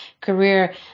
career